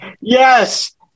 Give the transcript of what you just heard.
Yes